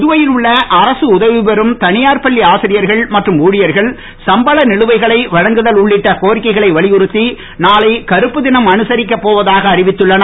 புதுவையில் உள்ள அரசு உதவி பெறும் தனியார் பள்ளி ஆசிரியர்கள் மற்றும் ஊழியர்கள் சம்பள நிலுவைகளை வழங்குதல் உள்ளிட்ட கோரிக்கைகளை வலியுறுத்தி நாளை கருப்பு தினம் அனுசரிக்க போவதாக அறிவித்துள்ளனர்